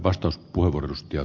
arvoisa puhemies